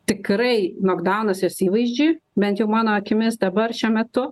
tikrai nokdaunas jos įvaizdžiui bent jau mano akimis dabar šiuo metu